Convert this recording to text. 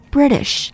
British